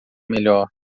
melhor